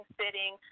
sitting